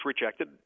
rejected